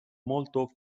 molotov